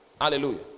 Hallelujah